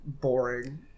boring